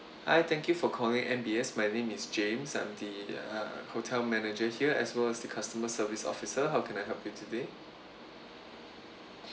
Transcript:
hi thank you for calling M B S my name is james I'm the uh hotel manager here as well as the customer service officer how can I help you today